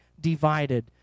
divided